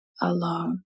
alone